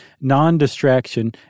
non-distraction